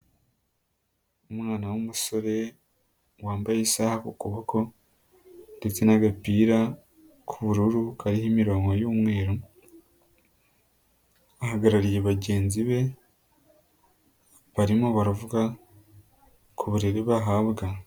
Umwana w'umusore wambaye isaha kuboko ndetse n'agapira k'ubururu kariho imirongo y'umweru, ahagarariye bagenzi be barimo baravuga ku burere bahabwa.